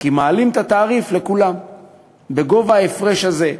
כי מעלים את התעריף לכולם בגובה ההפרש הזה,